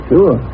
Sure